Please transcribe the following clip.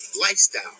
lifestyle